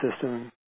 system